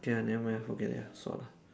okay ah never mind ah forget it sua lah